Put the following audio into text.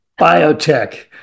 Biotech